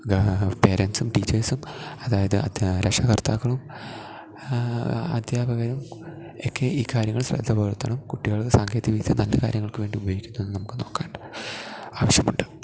പേരെൻറ്സും ടീച്ചേഴ്സും അതായത്ത് രക്ഷകർത്താക്കളും അദ്ധ്യാപകരും ഒക്കെ ഈ കാര്യങ്ങൾ ശ്രദ്ധപുലർത്തണം കുട്ടികൾ സാങ്കേതിക വിദ്യ നല്ല കാര്യങ്ങൾക്ക് വേണ്ടി ഉപയോഗിക്കുന്നെന്ന് നമുക്ക് നോക്കേണ്ട ആവശ്യമുണ്ട്